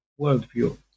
worldview